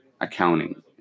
accounting